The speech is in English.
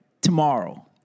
tomorrow